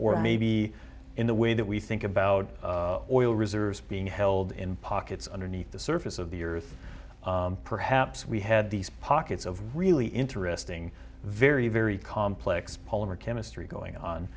or maybe in the way that we think about oil reserves being held in pockets underneath the surface of the earth perhaps we had these rockets of really interesting very very complex polymer chemistry going on